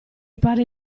pare